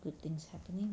good things happening